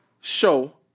show